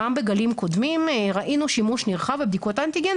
גם בגלים קודמים ראינו שימוש נרחב בבדיקות אנטיגן